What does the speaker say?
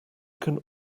can